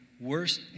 worst